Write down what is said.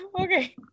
okay